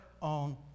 on